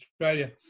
Australia